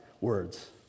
words